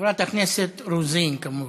חברת הכנסת רוזין, כמובן.